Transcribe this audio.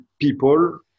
people